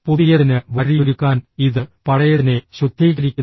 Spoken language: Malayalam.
പുതിയതിന് വഴിയൊരുക്കാൻ ഇത് പഴയതിനെ ശുദ്ധീകരിക്കുന്നു